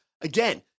again